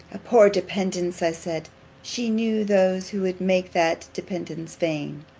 a poor dependence! i said she knew those who would make that dependence vain